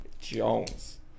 Jones